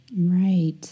Right